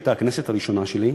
שהייתה הכנסת הראשונה שלי,